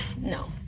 No